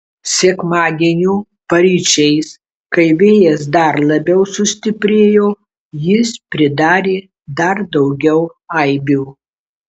sekmadienio paryčiais kai vėjas dar labiau sustiprėjo jis pridarė dar daugiau aibių